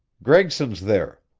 gregson's there.